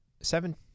Seven